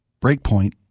Breakpoint